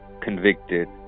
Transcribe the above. convicted